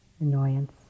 annoyance